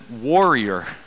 warrior